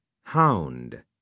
hound